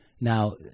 Now